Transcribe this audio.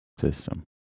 system